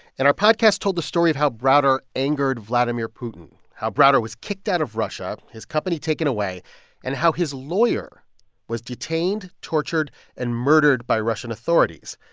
and our podcast told the story of how browder angered vladimir putin, how browder was kicked out of russia, his company taken away and how his lawyer was detained, tortured and murdered by russian authorities.